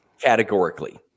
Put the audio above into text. categorically